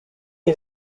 est